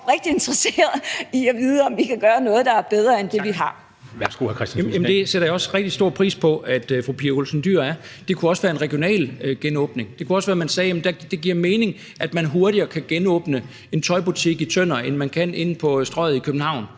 Kristian Thulesen Dahl. Kl. 14:02 Kristian Thulesen Dahl (DF): Jamen det sætter jeg også rigtig stor pris på at fru Pia Olsen Dyhr er. Det kunne også være en regional genåbning. Det kunne også være, at vi sagde, at det giver mening, at man hurtigere kan genåbne en tøjbutik i Tønder, end man kan inde på Strøget i København.